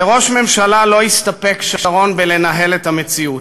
כראש ממשלה לא הסתפק שרון בלנהל את המציאות,